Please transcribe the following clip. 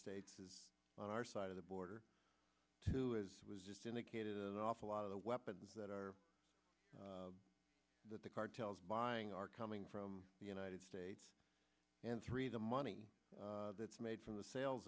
states is on our side of the border to is just indicated an awful lot of the weapons that are that the cartels buying are coming from the united states and three the money that's made from the sales